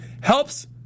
Helps